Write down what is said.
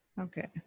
Okay